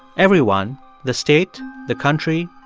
everyone the state, the country,